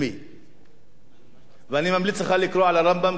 ואני ממליץ לך לקרוא על הרמב"ם כאחד היהודים